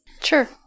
Sure